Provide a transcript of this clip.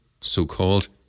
so-called